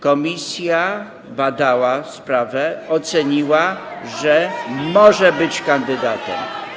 Komisja badała sprawę, oceniła, że może być kandydatem.